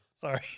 Sorry